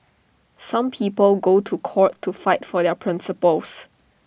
some people go to court to fight for their principles